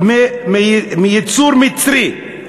מייצור מצרי.